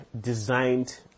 designed